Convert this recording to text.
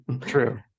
True